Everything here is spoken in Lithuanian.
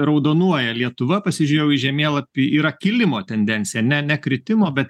raudonuoja lietuva pasižiūrėjau į žemėlapį yra kilimo tendencija ne ne kritimo bet